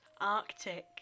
Arctic